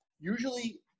Usually